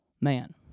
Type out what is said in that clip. man